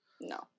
No